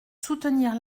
soutenir